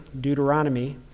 Deuteronomy